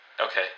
okay